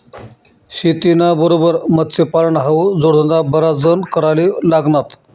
शेतीना बरोबर मत्स्यपालन हावू जोडधंदा बराच जण कराले लागनात